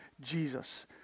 Jesus